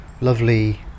lovely